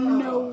no